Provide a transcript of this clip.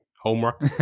homework